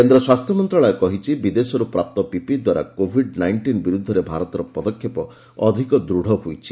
କେନ୍ଦ୍ର ସ୍ୱାସ୍ଥ୍ୟ ମନ୍ତ୍ରଣାଳୟ କହିଛି ବିଦେଶରୁ ପ୍ରାପ୍ତ ପିପିଇ ଦ୍ୱାରା କୋଭିଡ୍ ନାଇଷ୍ଟିନ୍ ବିରୂଦ୍ଧରେ ଭାରତର ପଦକ୍ଷେପ ଅଧିକ ଦୂଢ଼ ହୋଇଛି